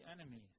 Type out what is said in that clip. enemies